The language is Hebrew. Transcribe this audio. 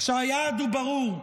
היעד הוא ברור: